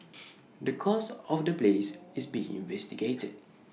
the cause of the blaze is being investigated